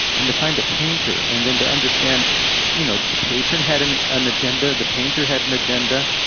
and to find a painter, and then to understand you know the patron had an an agenda, the painter had an agenda.